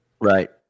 Right